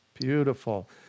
beautiful